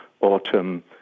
autumn